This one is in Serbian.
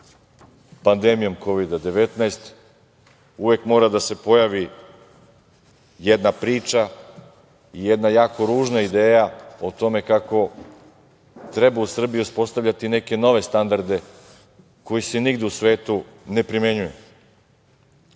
pandemijom Kovid-19 uvek mora da se pojavi jedna priča i jedna jako ružna ideja o tome kako treba u Srbiji uspostavljati neke nove standarde koji se nigde u svetu ne primenjuju.U